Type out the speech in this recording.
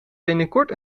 binnenkort